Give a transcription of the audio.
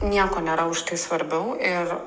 nieko nėra už tai svarbiau ir